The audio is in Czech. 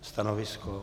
Stanovisko?